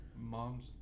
mom's